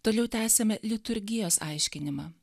toliau tęsiame liturgijos aiškinimą